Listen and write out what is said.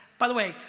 by the way,